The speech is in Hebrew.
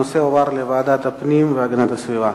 הנושא הועבר לוועדת הפנים והגנת הסביבה.